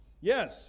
Yes